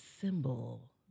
symbol